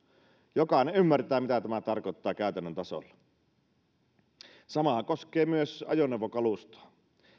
jokainen ymmärtää mitä tämä tarkoittaa käytännön tasolla samahan koskee myös ajoneuvokalustoa